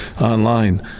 online